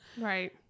Right